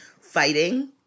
fighting